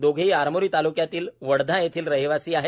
दोघेही आरमोरी ताल्क्यातील वडधा येथील रहिवासी आहेत